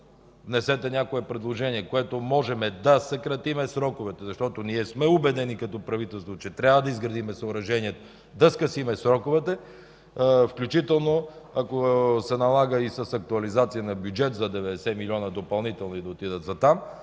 внесете някое предложение, с което можем да съкратим сроковете, защото ние сме убедени като правителство, че трябва да изградим съоръжението, да скъсим сроковете, включително ако се налага и с актуализация на бюджета за 90 милиона допълнително – да отидат за там.